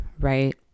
right